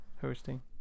hosting